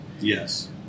Yes